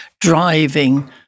driving